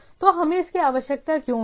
तो हमें इसकी आवश्यकता क्यों थी